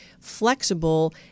flexible